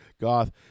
goth